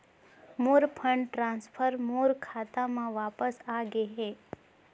मोर fund transfer मोर खाता म वापस आ गे हे